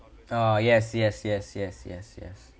uh yes yes yes yes yes yes